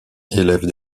élève